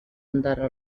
andare